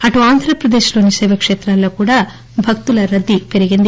అటు ఆంధ్రపదేశ్లోని శైవక్షేతాల్లో కూడా భక్తుల రద్దీ పెరిగింది